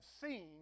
seen